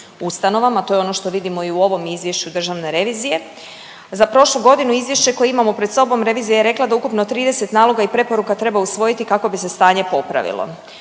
ustanovama. To je ono što vidimo i u ovom izvješću državne revizije. Za prošlu godinu izvješće koje imamo pred sobom, revizija je rekla da ukupno 30 naloga i preporuka treba usvojiti kako bi se stanje popravilo.